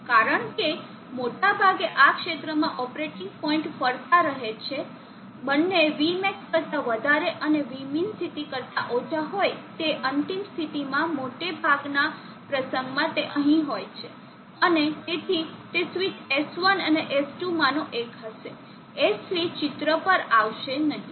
કારણ કે મોટાભાગે આ ક્ષેત્રમાં ઓપરેટિંગ પોઇન્ટ ફરતા રહે છે બંને vmax કરતા વધારે અને vmin સ્થિતિ કરતા ઓછા હોય તે અંતિમ સ્થિતિમાં મોટાભાગેના પ્રસંગમાં તે અહીં હોય છે અને તેથી તે સ્વિચ S1 અને S2 માંનો એક હશે S3 ચિત્ર પર આવશે નહીં